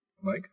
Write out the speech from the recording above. Mike